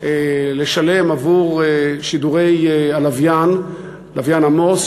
לשלם עבור שידורי הלוויין "עמוס",